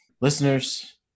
listeners